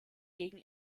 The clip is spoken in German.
gegen